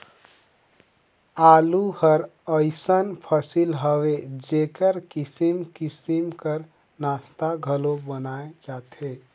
आलू हर अइसन फसिल हवे जेकर किसिम किसिम कर नास्ता घलो बनाल जाथे